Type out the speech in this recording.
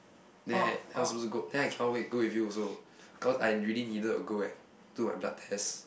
then I then I supposed to go I cannot wait go with you also cause I really needed to go and do my blood test